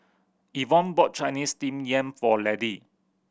Yvonne bought Chinese Steamed Yam for Laddie